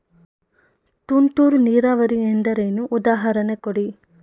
ತುಂತುರು ನೀರಾವರಿ ಎಂದರೇನು, ಉದಾಹರಣೆ ಕೊಡಿ?